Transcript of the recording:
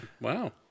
Wow